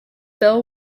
bill